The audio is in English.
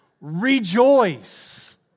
Rejoice